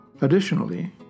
Additionally